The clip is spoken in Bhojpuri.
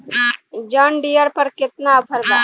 जॉन डियर पर केतना ऑफर बा?